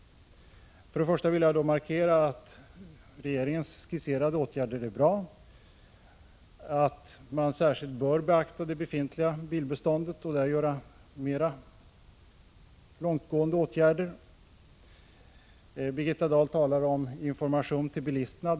Först och främst vill jag framhålla att de av regeringen föreslagna åtgärderna är bra och att man särskilt bör beakta det befintliga bilbeståndet samt där vidta mera långtgående åtgärder. Birgitta Dahl talar om information till bilisterna.